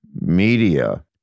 media